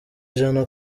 ijana